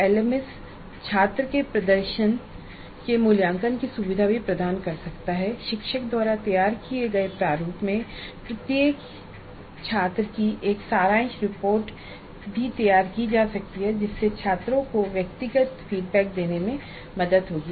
LMS छात्र के प्रदर्शन के मूल्यांकन की सुविधा भी प्रदान कर सकता है शिक्षक द्वारा तैयार किए गए प्रारूप में प्रत्येक छत्र की एक सारांश रिपोर्ट तैयार की जा सकती है जिससे छात्रों को व्यक्तिगत फीडबैक देने में मदद होगी